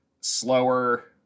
slower